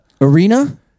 Arena